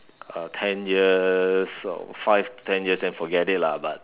uh ten years or five to ten years then forget it lah but